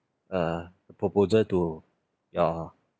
uh proposal to your